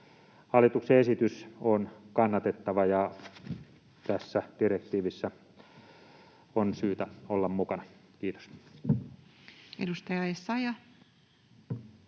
hallituksen esitys on kannatettava, ja tässä direktiivissä on syytä olla mukana. — Kiitos. [Speech 38]